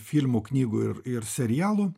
filmų knygų ir ir serialų